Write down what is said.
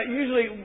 usually